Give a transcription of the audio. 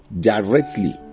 directly